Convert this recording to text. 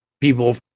People